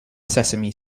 sesame